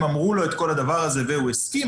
אמרו לו את כל הדבר הזה והוא הסכים,